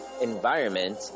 environment